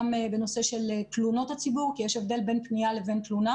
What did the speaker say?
בנושא של תלונות הציבור כי יש הבדל בין פנייה לבין תלונה.